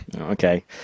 Okay